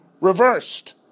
reversed